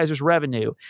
revenue